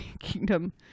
kingdom